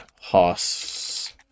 Hoss